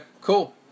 cool